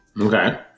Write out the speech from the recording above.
Okay